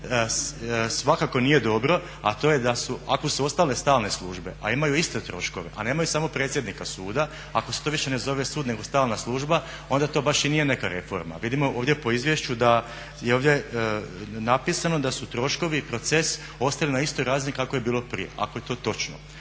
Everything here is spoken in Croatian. svakako nije dobro, a to je da su, ako su ostale stalne službe, a imaju iste troškove, a nemaju samo predsjednika suda, ako se to više ne zove sud nego stalna služba onda to baš i nije neka reforma. Vidimo ovdje po izvješću da je ovdje napisano da su troškovi, proces ostali na istoj razini kako je bilo prije ako je to točno.